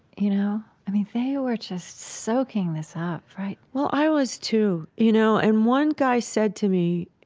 you know. i mean, they were just soaking this up, right? well, i was too, you know, and one guy said to me,